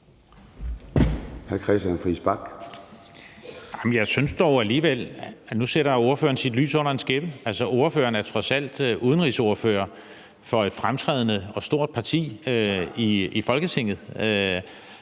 Jeg synes dog alligevel, at ordføreren nu sætter sit lys under en skæppe. Ordføreren er trods alt udenrigsordfører for et fremtrædende og stort parti i Folketinget.